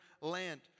land